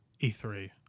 e3